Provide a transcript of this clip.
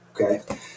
Okay